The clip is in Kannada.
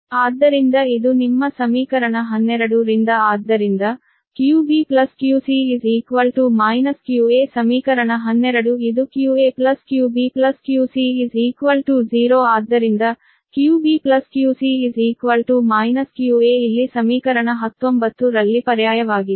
ಆದ್ದರಿಂದ ಇದು ನಿಮ್ಮ ಸಮೀಕರಣ 12 ರಿಂದ ಆದ್ದರಿಂದ qbqc qa ಸಮೀಕರಣ 12 ಇದು qaqbqc0 ಆದ್ದರಿಂದ qbqc qa ಇಲ್ಲಿ ಸಮೀಕರಣ 19 ರಲ್ಲಿ ಪರ್ಯಾಯವಾಗಿದೆ